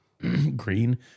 green